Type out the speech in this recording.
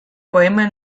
poema